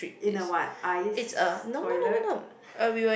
in a what ice toilet